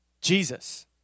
Jesus